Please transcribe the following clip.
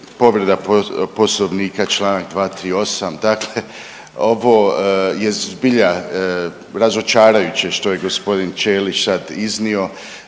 Povreda Poslovnika, čl. 238. Dakle ovo je zbilja razočarajuće što je g. Ćelić sad iznio.